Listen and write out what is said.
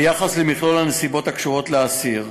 ביחס למכלול הנסיבות הקשורות לאסיר.